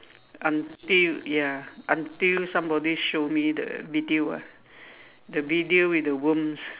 until ya until somebody show me the video ah the video with the worms